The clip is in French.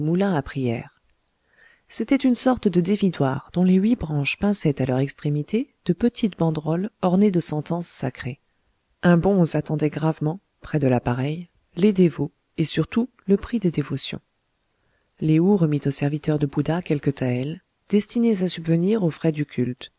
à prières c'était une sorte de dévidoir dont les huit branches pinçaient à leur extrémité de petites banderoles ornées de sentences sacrées un bonze attendait gravement près de l'appareil les dévots et surtout le prix des dévotions lé ou remit au serviteur de bouddha quelques taëls destinés à subvenir aux frais du culte